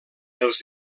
els